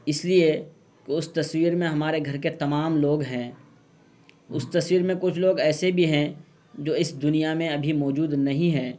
اس لیے کہ اس تصویر میں ہمارے گھر کے تمام لوگ ہیں اس تصویر میں کچھ لوگ ایسے بھی ہیں جو اس دنیا میں ابھی موجود نہیں ہیں